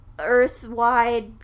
earth-wide